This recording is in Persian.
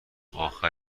اخر